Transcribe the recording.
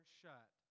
shut